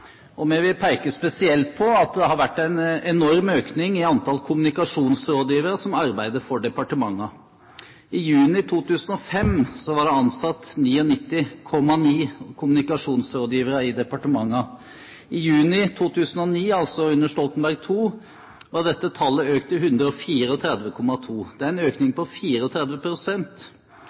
valgkampsituasjon. Vi vil peke spesielt på at det har vært en enorm økning i antall kommunikasjonsrådgivere som arbeider for departementene. I juni 2005 var det ansatt 99,9 kommunikasjonsrådgivere i departementene. I juni 2009 – altså under Stoltenberg II – var dette tallet økt til 134,2. Dette er en økning på